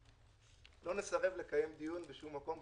לא נסרב לקיים דיון בשום מקום,